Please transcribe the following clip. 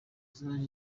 zaje